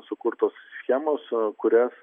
sukurtos schemos kurias